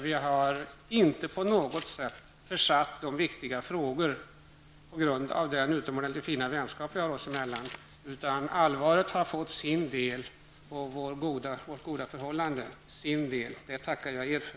Vi har trots den utomordentligt fina vänskapen oss emellan inte på något sätt eftersatt de viktiga sakfrågorna, utan allvaret har fått sin del och vårt goda förhållande sin del. Det tackar jag er för.